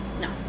No